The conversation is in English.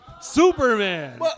Superman